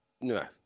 No